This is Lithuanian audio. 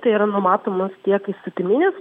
tai yra numatomas tiek įstatyminis